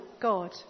God